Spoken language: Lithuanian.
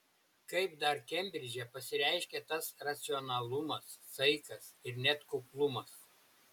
kaip dar kembridže pasireiškia tas racionalumas saikas ir net kuklumas